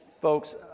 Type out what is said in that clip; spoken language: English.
folks